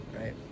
right